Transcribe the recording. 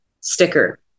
sticker